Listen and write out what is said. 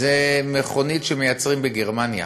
זאת מכונית שמייצרים בגרמניה,